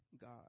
God